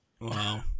Wow